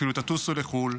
אפילו תטוסו לחו"ל,